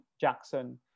Jackson